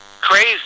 crazy